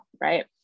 right